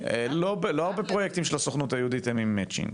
לא הרבה פרויקטים של הסוכנות היהודית הם עם התאמה.